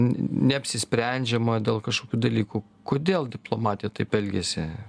neapsisprendžiama dėl kažkokių dalykų kodėl diplomatija taip elgiasi